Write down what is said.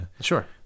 sure